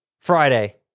Friday